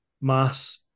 mass